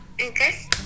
Okay